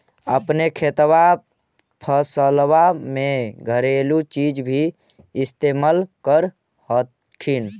अपने खेतबा फसल्बा मे घरेलू चीज भी इस्तेमल कर हखिन?